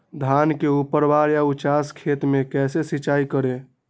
धान के ऊपरवार या उचास खेत मे कैसे सिंचाई करें?